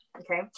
okay